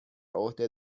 عهده